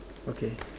okay